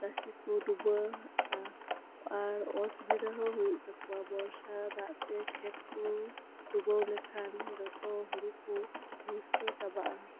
ᱪᱟᱥᱤ ᱠᱚ ᱰᱩᱵᱟᱹ ᱟ ᱟᱨ ᱚᱥᱩᱵᱤᱫᱟ ᱦᱚᱸ ᱦᱩᱭᱩᱜ ᱛᱟᱠᱚᱣᱟ ᱵᱚᱨᱥᱟ ᱫᱟᱜ ᱛᱮ ᱠᱷᱮᱛ ᱠᱚ ᱰᱩᱵᱟᱹᱣ ᱞᱮᱠᱷᱟᱱ ᱡᱚᱛᱚ ᱦᱩᱲᱩ ᱠᱚ ᱱᱚᱥᱴᱚ ᱪᱟᱵᱟᱜᱼᱟ